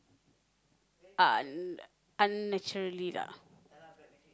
un~ unnaturally lah